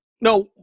No